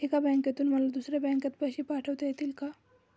एका बँकेतून मला दुसऱ्या बँकेत पैसे पाठवता येतील का?